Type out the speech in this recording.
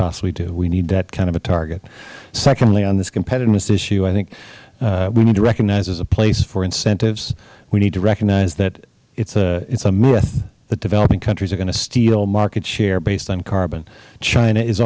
possibly do we need that kind of a target secondly on this competitiveness issue i think we need to recognize as a place for incentives we need to recognize that it is a myth that developing countries are going to steal market share based on carbon china is